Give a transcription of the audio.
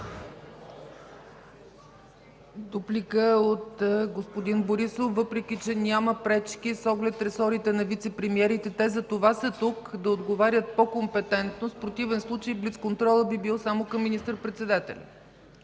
ЦАЧЕВА:Дуплика от господин Борисов, въпреки че няма пречки, с оглед ресорите на вицепремиерите, те и затова са тук, за да отговарят по-компетентно. В противен случай блицконтролът би бил само към министър-председателя.